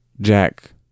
Jack